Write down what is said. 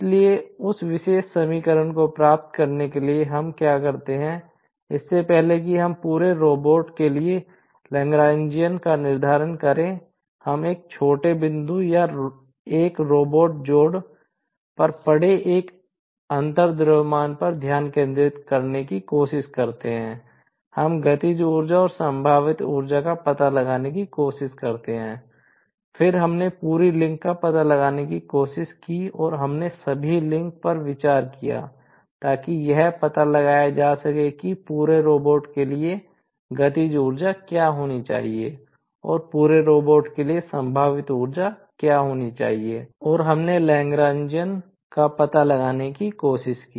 इसलिए उस विशेष समीकरण को प्राप्त करने के लिए हम क्या करते हैं इससे पहले कि हम पूरे रोबोट के लिए संभावित ऊर्जा क्या होनी चाहिए और हमने Lagrangian का पता लगाने की कोशिश की